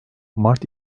mart